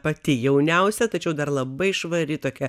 pati jauniausia tačiau dar labai švari tokia